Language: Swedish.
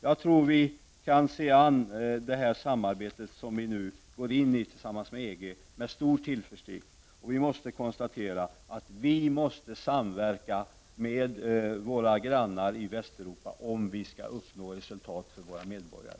Jag tror att vi med stor tillförsikt kan se på det samarbete med EG som vi nu går in i. Vi måste konstatera att vi är tvungna att samarbeta med våra grannar i Västeuropa, om vi skall kunna uppnå resultat för våra medborgare.